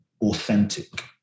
authentic